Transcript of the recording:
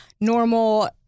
normal